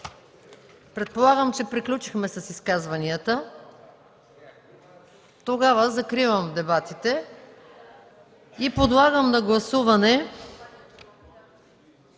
предполагам, че приключихме с изказванията. Закривам дебатите. Подлагам на гласуване